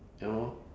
ya lor